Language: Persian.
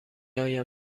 آیم